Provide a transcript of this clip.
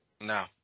No